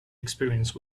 experience